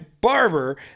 barber